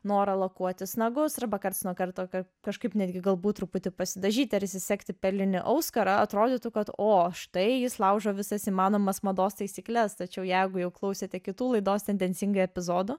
noro lakuotis nagus arba karts nuo karto kad kažkaip netgi galbūt truputį pasidažyti ar įsisegti perlinį auskarą atrodytų kad o štai jis laužo visas įmanomas mados taisykles tačiau jeigu jau klausėte kitų laidos tendencingai epizodų